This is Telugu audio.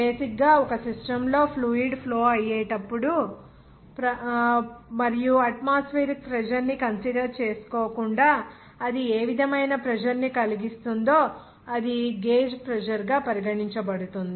బేసిక్ గా ఒక సిస్టమ్ లో ఫ్లూయిడ్ ఫ్లో అయ్యేటప్పుడు ప్రవహించేటప్పుడు మరియు అట్మాస్ఫియరిక్ ప్రెజర్ ని కన్సిడర్ చేసుకోకుండా అది ఏ విధమైన ప్రెజర్ ని కలిగిస్తుందో అది గేజ్ ప్రెజర్ గా పరిగణించబడుతుంది